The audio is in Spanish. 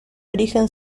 origen